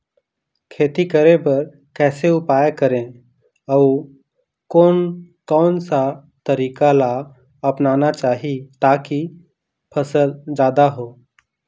खेती करें बर कैसे उपाय करें अउ कोन कौन सा तरीका ला अपनाना चाही ताकि फसल जादा हो?